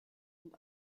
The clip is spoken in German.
und